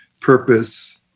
purpose